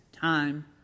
time